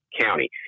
county